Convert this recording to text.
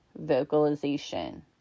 vocalization